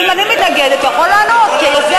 אם אני מתנגדת, הוא יכול לעלות כיוזם.